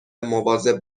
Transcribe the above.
مواظب